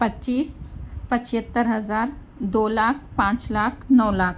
پچّیس پچہتّر ہزار دو لاکھ پانچ لاکھ نو لاکھ